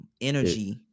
energy